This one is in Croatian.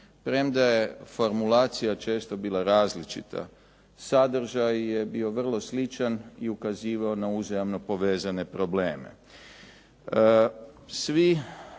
Premda je formulacija često bila različita, sadržaj je bio vrlo sličan i ukazivao na uzajamno povezane probleme.